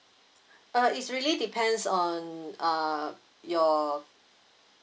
uh is really depends on uh your